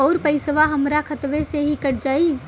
अउर पइसवा हमरा खतवे से ही कट जाई?